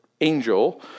angel